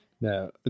No